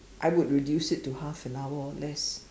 I would reduce it to half an hour or less